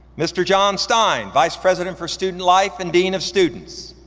mr. john stein, vice president for student life and dean of students.